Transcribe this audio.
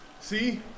See